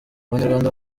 abanyarwanda